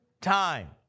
time